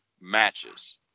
matches